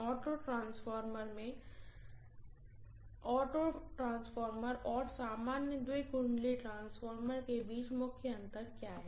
auto transformer में auto transformer और सामान्य द्वी वाइंडिंग ट्रांसफार्मर के बीच मुख्य अंतर क्या है